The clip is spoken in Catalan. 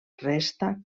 resta